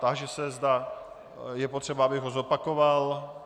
Táži se, zda je potřeba, abych ho zopakoval.